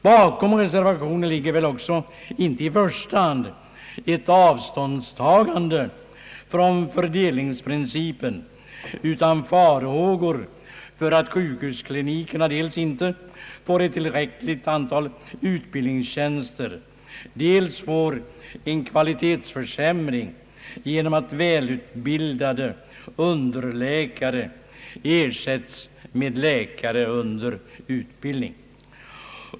Bakom reservationen ligger väl inte heller i första hand ett avståndstagande från fördelningsprincipen utan farhågor för att sjukhusklinikerna dels inte får ett tillräckligt antal utbildningstjänster, dels får en kvalitetsförsämring genom att välutbildade underläkare ersätts med läkare under utbildning.